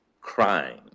crime